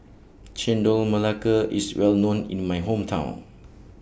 Chendol Melaka IS Well known in My Hometown